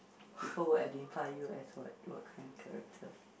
people will identify you as what what kind of character